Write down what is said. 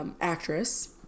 Actress